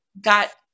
got